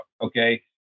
Okay